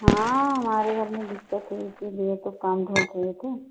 हाँ हमारे घर में दिक्कत है इसीलिए तो काम ढूँढ रहे थे